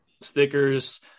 stickers